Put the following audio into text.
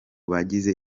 bagize